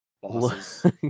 bosses